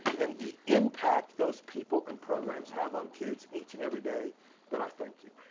and the impact those people and programs have on kids each and every day that i thank you.